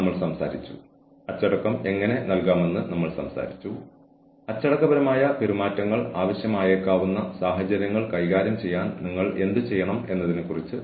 ബുദ്ധിമുട്ടുള്ള ജീവനക്കാരെക്കുറിച്ച് സംസാരിക്കുമ്പോൾ നമ്മൾ സംസാരിക്കുന്നത് വ്യത്യസ്ത സാഹചര്യങ്ങളിലുള്ള ജീവനക്കാരെക്കുറിച്ചാണ്